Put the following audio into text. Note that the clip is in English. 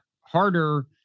harder